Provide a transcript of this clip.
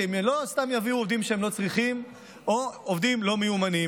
כי הם לא סתם יביאו עובדים שהם לא צריכים או עובדים לא מיומנים.